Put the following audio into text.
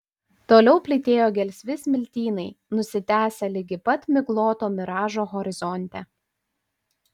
toliau plytėjo gelsvi smiltynai nusitęsę ligi pat migloto miražo horizonte